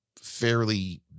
fairly